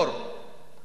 אג'נדה אחרת,